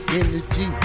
energy